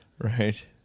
Right